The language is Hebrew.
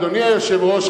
אדוני היושב-ראש,